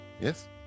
Yes